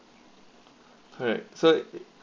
alright so